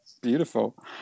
beautiful